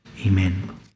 Amen